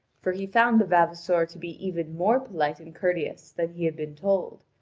for he found the vavasor to be even more polite and courteous than he had been told,